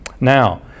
Now